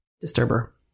disturber